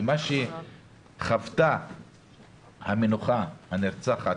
ומה שחוותה המנוחה, הנרצחת,